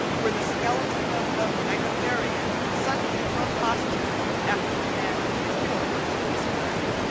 were the skeleton of the megatherium suddenly to accost him after the manner peculiar to its kind.